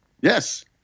Yes